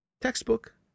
textbook